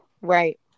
right